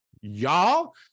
y'all